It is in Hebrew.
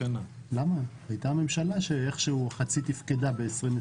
הייתה ממשלה שחצי תפקדה ב-2020.